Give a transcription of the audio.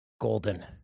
Golden